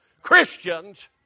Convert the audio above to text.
Christians